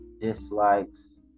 dislikes